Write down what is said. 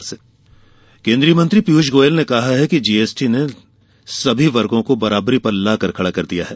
पीयूष गोयल केंद्रीय वित्त मंत्री पीयूष गोयल ने कहा है कि जीएसटी ने सभी वर्गो को बराबरी पर लाकर खड़ा कर दिया है